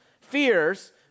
fears